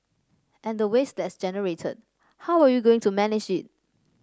and the waste that's generated how are you going to manage it